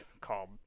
called